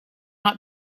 not